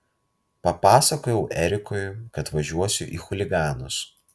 papasakojau erikui kad važiuosiu į chuliganus